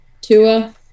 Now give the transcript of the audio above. Tua